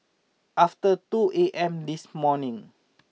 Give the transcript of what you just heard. after two A M this morning